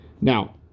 Now